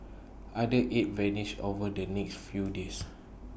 other eight vanished over the next few days